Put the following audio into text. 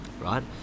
right